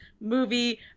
movie